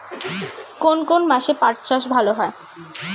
কোন কোন মাসে পাট চাষ ভালো হয়?